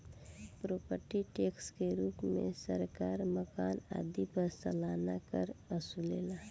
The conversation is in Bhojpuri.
प्रोपर्टी टैक्स के रूप में सरकार मकान आदि पर सालाना कर वसुलेला